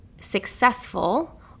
successful